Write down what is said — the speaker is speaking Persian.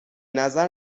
نظر